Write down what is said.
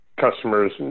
customers